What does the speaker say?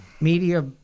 media